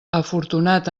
afortunat